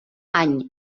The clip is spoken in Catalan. any